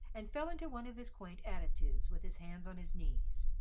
and fell into one of his quaint attitudes, with his hands on his knees.